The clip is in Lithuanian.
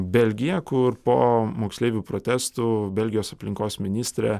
belgija kur po moksleivių protestų belgijos aplinkos ministrė